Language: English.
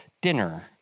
Dinner